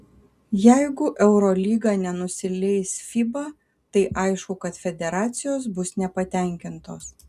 jeigu eurolyga nenusileis fiba tai aišku kad federacijos bus nepatenkintos